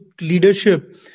leadership